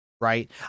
right